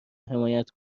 حمایت